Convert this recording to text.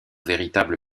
véritable